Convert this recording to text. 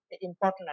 important